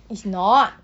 it